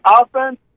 offense